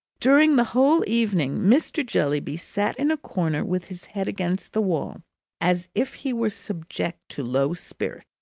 during the whole evening, mr. jellyby sat in a corner with his head against the wall as if he were subject to low spirits.